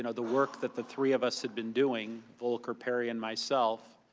you know the work that the three of us had been doing. volker, perry, and myself.